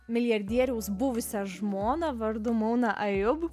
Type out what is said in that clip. milijardieriaus buvusią žmoną vardu mouna ajub